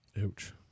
Ouch